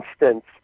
instance